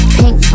pink